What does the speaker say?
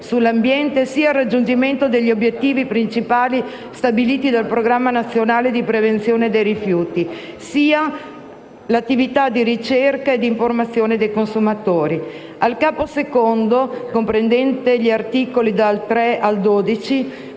sull'ambiente, sia al raggiungimento degli obiettivi principali stabiliti dal Programma nazionale di prevenzione dei rifiuti, sia ad attività di ricerca e informazione dei consumatori. Il Capo II, comprendente gli articoli da 3 a 12,